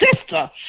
sister